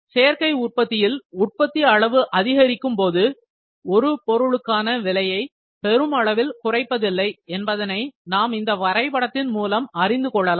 சேர்க்கை உற்பத்தியில் உற்பத்தி அளவு அதிகரிக்கும்போது ஒரு பொருளுக்கான விலையை பெருமளவில் குறைப்பதில்லை என்பதனை நாம் இந்த வரைபடத்தின் மூலம் அறிந்து கொள்ளலாம்